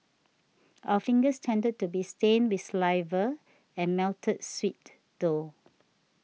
our fingers tended to be stained with saliva and melted sweet though